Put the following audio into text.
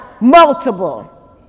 Multiple